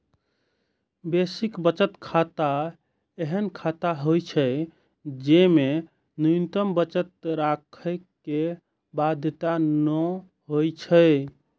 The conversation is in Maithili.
बेसिक बचत खाता एहन खाता होइ छै, जेमे न्यूनतम बचत राखै के बाध्यता नै होइ छै